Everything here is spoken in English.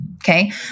okay